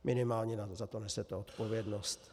Minimálně za to nesete odpovědnost.